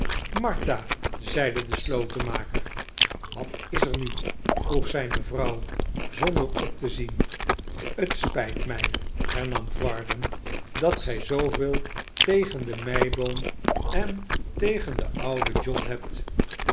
martha zeide de slotenmaker wat is er vroeg zijne vrouw zonder op te zien het spijt mij hernam varden dat gij zooveel tegen de meiboom en den ouden john hebt